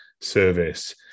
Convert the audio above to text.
service